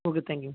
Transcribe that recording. okay thank யூங்க